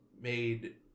made